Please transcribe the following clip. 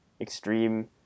extreme